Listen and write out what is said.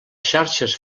xarxes